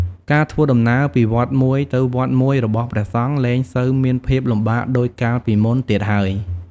ការធ្វើដំណើរពីវត្តមួយទៅវត្តមួយរបស់ព្រះសង្ឃលែងសូវមានភាពលំបាកដូចកាលពីមុនទៀតហើយ។